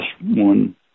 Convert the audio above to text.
one